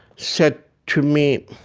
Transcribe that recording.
said to me